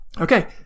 Okay